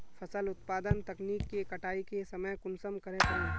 फसल उत्पादन तकनीक के कटाई के समय कुंसम करे करूम?